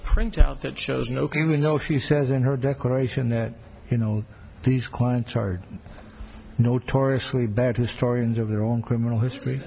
printout that shows no can even though she says in her declaration that you know these clients are notoriously bad historians of their own criminal history